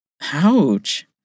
Ouch